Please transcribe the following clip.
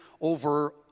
over